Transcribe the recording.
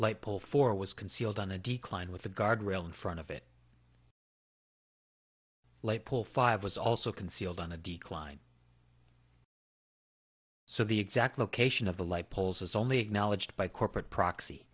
light pole four was concealed on a decline with the guardrail in front of it light pole five was also concealed on a decline so the exact location of the light poles is only acknowledged by corporate proxy